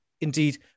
Indeed